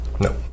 No